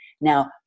Now